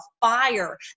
fire